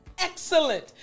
Excellent